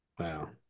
Wow